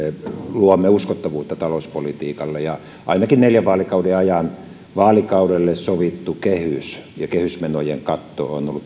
luomme uskottavuutta talouspolitiikalla ainakin neljän vaalikauden ajan vaalikaudelle sovittu kehys ja kehysmenojen katto on